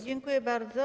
Dziękuję bardzo.